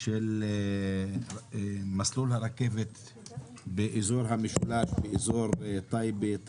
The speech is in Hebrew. מסלול הרכבת באזור המשולש: טייבה,